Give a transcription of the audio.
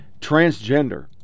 transgender